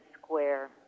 square